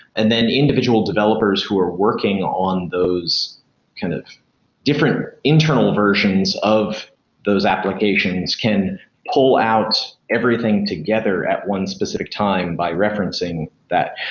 and then individual developers who are working on those kind of different internal versions of those applications can pull out everything together at one specific time by referencing that.